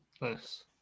Nice